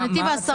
לנתיב העשרה?